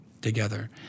together